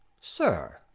Sir